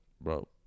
bro